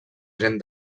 gent